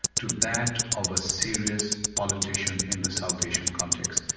to that of a serious politician in the south asian context.